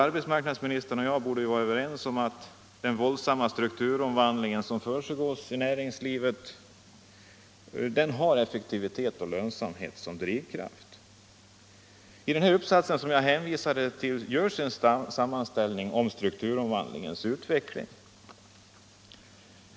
Arbetsmarknadsministern och jag borde vara överens om att den våldsamma strukturomvandling som försiggår i näringslivet har effektivitet och lönsamhet som drivkraft. I uppsatsen görs en sammanställning av strukturomvandlingens utveckling.